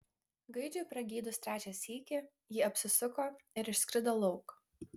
gaidžiui pragydus trečią sykį ji apsisuko ir išskrido lauk